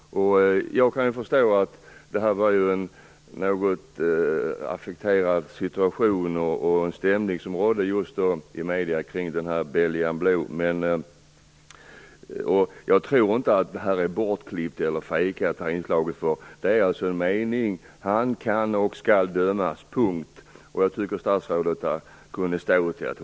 Jag kan förstå att det var en något affekterad stämning som rådde i medierna kring rasen Belgian Blue. Jag tror inte att inslaget var felklippt eller fejkat. Meningen löd: "Han kan och skall dömas." Jag tycker att statsrådet kunde ha stått för det.